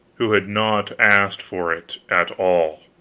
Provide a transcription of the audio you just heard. who had not asked for it at all.